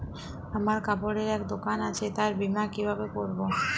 আমার কাপড়ের এক দোকান আছে তার বীমা কিভাবে করবো?